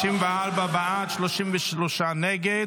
54 בעד, 33 נגד.